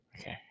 Okay